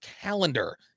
calendar